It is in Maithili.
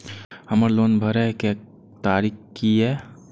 हमर लोन भरए के तारीख की ये?